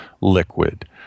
liquid